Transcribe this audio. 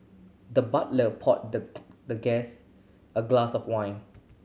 the butler poured the the guest a glass of win